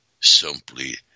simply